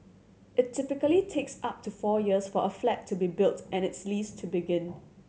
it typically takes up to four years for a flat to be built and its lease to begin